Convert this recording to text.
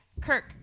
kirk